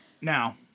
Now